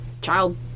child